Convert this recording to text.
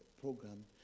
program